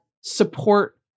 support